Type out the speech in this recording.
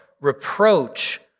reproach